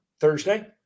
thursday